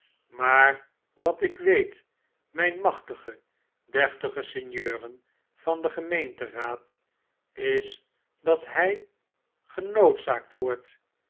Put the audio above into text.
maar wat ik weet mjjn machtige deftige sinjeuren van den gemeenteraad is dat hrj genoodzaakt wordt